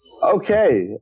okay